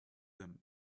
them